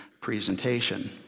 presentation